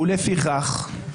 ולפיכך,